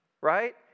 right